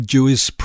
Jewish